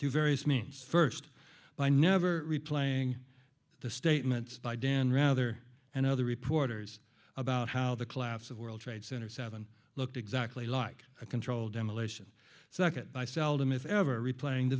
through various means first by never replaying the statement by dan rather and other reporters about how the collapse of world trade center seven looked exactly like a controlled demolition second i seldom if ever replaying the